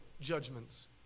judgments